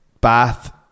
Bath